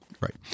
Right